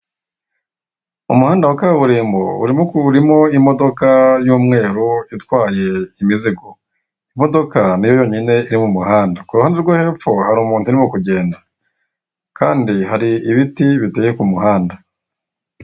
Umuhanda wa kaburimbo urimo imodoka y'umweru itwaye imizigo, imodoka niyo yonyine iri mu muhanda ku ruhande rwo hepfo hari umuntu urimo kugenda kandi hari ibiti biteye ku muhanda.